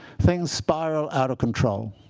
things spiral out of control.